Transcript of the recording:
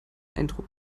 eindruck